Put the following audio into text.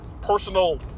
personal